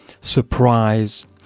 surprise